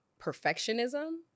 perfectionism